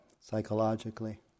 psychologically